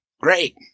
Great